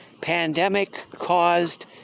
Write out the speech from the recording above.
pandemic-caused